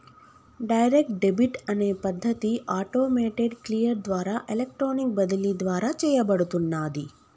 direct debit అనే పద్ధతి automated clear ద్వారా ఎలక్ట్రానిక్ బదిలీ ద్వారా చేయబడుతున్నాది